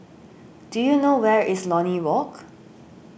do you know where is Lornie Walk